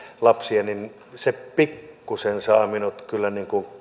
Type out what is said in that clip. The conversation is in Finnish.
lapsia niin se pikkuisen saa minut kyllä